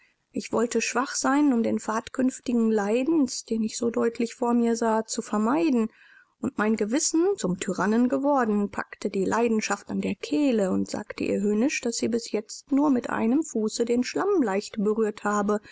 ich wollte schwach sein um den pfad künftigen leidens den ich so deutlich vor mir sah zu vermeiden und mein gewissen zum tyrannen geworden packte die leidenschaft an der kehle und sagte ihr höhnisch daß sie bis jetzt nur mit einem fuße den schlamm leicht berührt habe